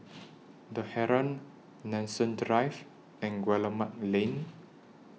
The Heeren Nanson Drive and Guillemard Lane